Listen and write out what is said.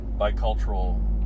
bicultural